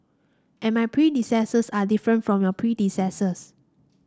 and my predecessors are different from your predecessors